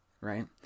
right